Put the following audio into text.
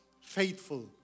faithful